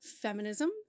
feminism